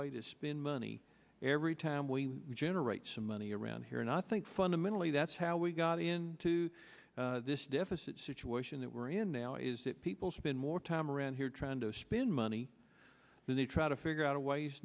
way to spin money every time we generate some money around here and i think fundamentally that's how we got into this deficit situation that we're in now is that people spend more time around here trying to spend money when they try to figure out a way